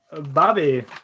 bobby